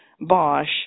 Bosch